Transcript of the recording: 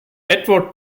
edward